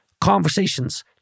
conversations